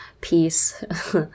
peace